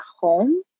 home